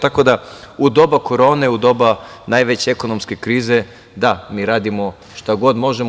Tako da, u doba korone, u doba najveće ekonomske krize, da, mi radimo šta god možemo.